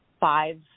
five